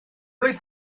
blwydd